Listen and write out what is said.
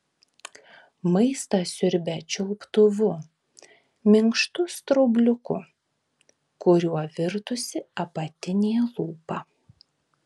maistą siurbia čiulptuvu minkštu straubliuku kuriuo virtusi apatinė lūpa